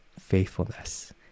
faithfulness